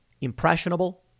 impressionable